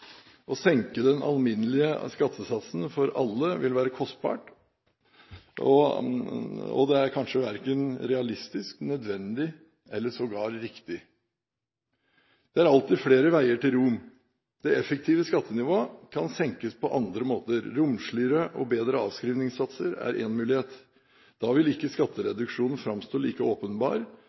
Å senke den alminnelige skattesatsen for alle vil være kostbart, og det er kanskje verken realistisk, nødvendig eller sågar riktig. Det er alltid flere veier til Rom. Det effektive skattenivået kan senkes på andre måter. Romsligere og bedre avskrivningssatser er én mulighet. Da vil ikke skattereduksjonen framstå like åpenbar